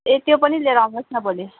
ए त्यो पनि लिएर आउनुहोस् न भोलि